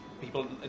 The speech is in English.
people